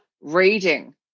reading